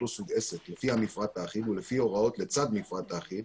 סוג עסק לפי המפרט האחיד ולפי הוראות לצד מפרט אחיד